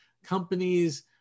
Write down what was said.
companies